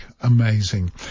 Amazing